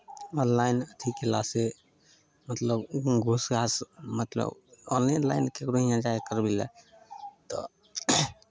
online अथि कयलासँ मतलब घूसघास मतलब ऑनेलाइन ककरो यहाँ जाय करबै लए तऽ